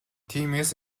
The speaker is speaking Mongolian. тиймээс